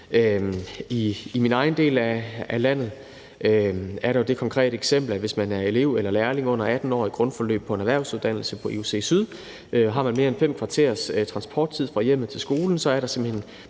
I min egen del af landet er der jo det konkrete eksempel, at hvis man er elev eller lærling under 18 år og i et grundforløb på en erhvervsuddannelse på EUC Syd og har mere end fem kvarters transporttid fra hjemmet til skolen, så er der simpelt hen